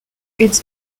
it’s